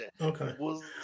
Okay